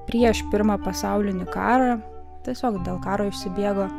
prieš pirmą pasaulinį karą tiesiog dėl karo išsibėgo